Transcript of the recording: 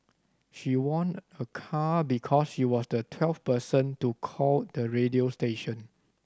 she won a car because she was the twelfth person to call the radio station